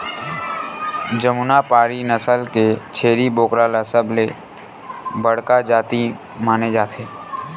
जमुनापारी नसल के छेरी बोकरा ल सबले बड़का जाति माने जाथे